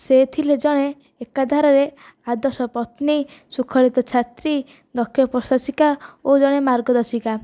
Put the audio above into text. ସେ ଥିଲେ ଜଣେ ଏକା ଧାରାରେ ଆଦର୍ଶ ପତ୍ନୀ ଶୃଙ୍ଖଳିତ ଛାତ୍ରୀ ଦକ୍ଷ ପ୍ରଶାସିକା ଓ ଜଣେ ମାର୍ଗଦର୍ଶିକା